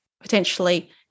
potentially